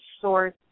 source